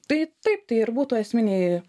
tai taip tai ir būtų esminiai